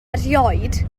erioed